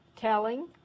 telling